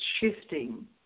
shifting